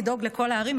לדאוג לכל הערים,